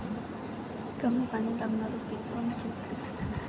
कमी पानी लागनारं पिक कोनचं?